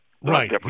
Right